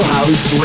House